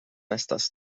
estas